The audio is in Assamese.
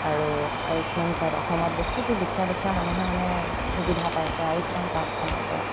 আৰু আয়ুষ্মান কাৰ্ড অসমত বহুতো দুখীয়া দুখীয়া মানুহে মানে সুবিধা পাইছে আয়ুষ্মান কাৰ্ডখনৰ পৰা